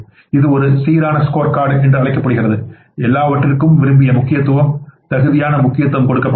இது ஒரு சீரான ஸ்கோர்கார்டு என்று அழைக்கப்படுகிறது எல்லாவற்றிற்கும் விரும்பிய முக்கியத்துவம் தகுதியான முக்கியத்துவம் கொடுக்கப்பட வேண்டும்